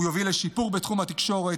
הוא יוביל לשיפור בתחום התקשורת,